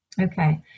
Okay